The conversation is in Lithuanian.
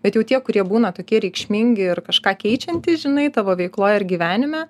bet jau tie kurie būna tokie reikšmingi ir kažką keičiantys žinai tavo veikloj ar gyvenime